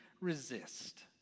resist